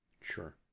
Sure